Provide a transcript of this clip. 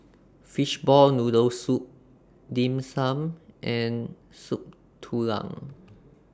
Fishball Noodle Soup Dim Sum and Soup Tulang